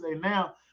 now